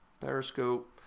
Periscope